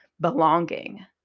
belonging